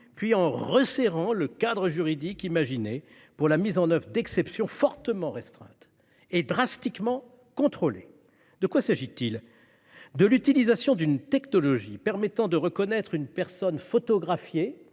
puis en resserrant le cadre juridique imaginé pour la mise en oeuvre d'exceptions fortement restreintes et drastiquement contrôlées. De quoi s'agit-il ? De l'utilisation d'une technologie permettant de reconnaître une personne photographiée